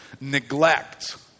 neglect